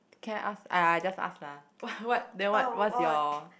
can I ask !aiya! I just ask lah what what then what's your